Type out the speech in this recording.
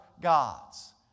gods